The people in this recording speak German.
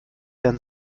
denn